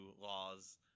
laws